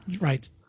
right